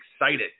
excited